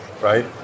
right